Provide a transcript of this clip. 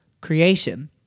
creation